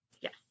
Yes